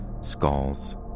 skulls